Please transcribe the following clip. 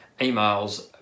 emails